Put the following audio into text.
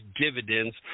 dividends